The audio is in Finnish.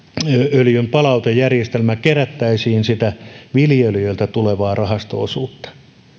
palautejärjestelmällä kerättäisiin sitä viljelijöiltä tulevaa rahasto osuutta